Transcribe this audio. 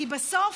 כי בסוף,